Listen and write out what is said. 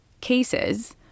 cases